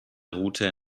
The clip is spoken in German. route